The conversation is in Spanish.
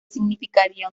significaría